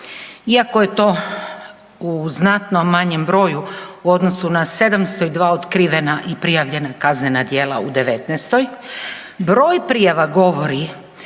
Iako je to u znatno manjem broju u odnosu na 702 otkrivena i prijavljena kaznena djela u '19.-toj broj prijava govori